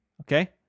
okay